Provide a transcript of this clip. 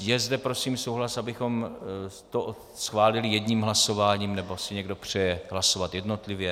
Je zde prosím souhlas, abychom to schválili jedním hlasováním, nebo si někdo přeje hlasovat jednotlivě?